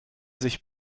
sich